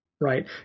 Right